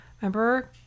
Remember